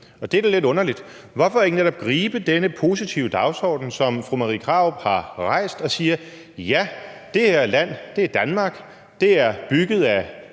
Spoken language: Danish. det er da lidt underligt. Hvorfor ikke netop gribe denne positive dagsorden, som fru Marie Krarup har rejst, og sige: Ja, det her land er Danmark, det er bygget af